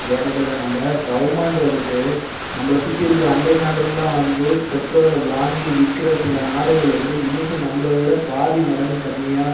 இந்த இடத்தில் நம்ம கவர்மென்ட் வந்துவிட்டு நம்மள சுற்றி இருக்கிற அண்டை நாடெல்லாம் வந்து பெட்ரோலை வாங்கி விற்கிற சில நாடுகள் வந்து இன்றைக்கு நம்மள விட பாதி மடங்கு கம்மியாக